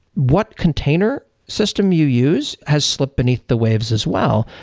what container system you use has slipped beneath the waves as well.